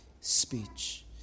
speech